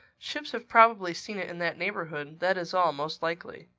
ships have probably seen it in that neighborhood, that is all, most likely.